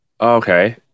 Okay